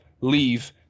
leave